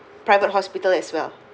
private hospital as well